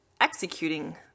executing